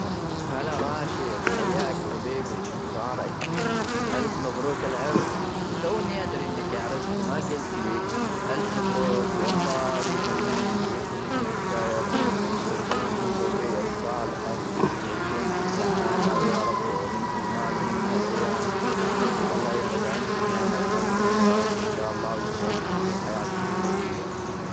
هلا راشد حياك حبيبي ,شو اخبارك الف مبروك العرس توني ادري انك عرست ما قلت لي الف مبروك والله يهنيك ويكتب لك الخير ويرزقكم من ذريه الصالحه, وتعيشون في سعاده ويا رب ومنك المال ,ومنها العيال والله يبعد عنكم عين الحاسدين يا رب ان شاء الله ويسعدكم في حياتكم الزوجيه.